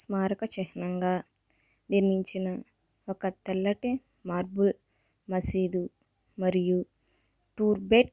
స్మారక చిహ్నంగా నిర్మించిన ఒక తెల్లటి మార్బల్ మసీదు మరియు టూమ్ బెడ్